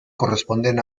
corresponden